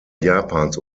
japans